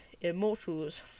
Immortals